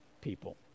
people